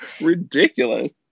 ridiculous